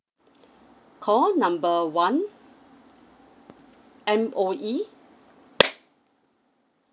call number one M_O_E